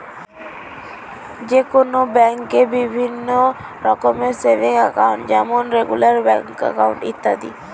যে কোনো ব্যাঙ্কে বিভিন্ন রকমের সেভিংস একাউন্ট হয় যেমন রেগুলার অ্যাকাউন্ট, ইত্যাদি